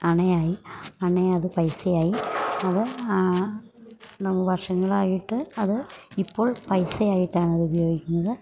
അണയായി അണയത് പൈസയായി അത് നം വർഷങ്ങളായിട്ട് അത് ഇപ്പോൾ പൈസയായിട്ടാണതുപയോഗിക്കുന്നത്